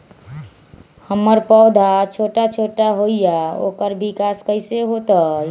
हमर पौधा छोटा छोटा होईया ओकर विकास कईसे होतई?